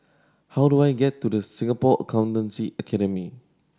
how do I get to The Singapore Accountancy Academy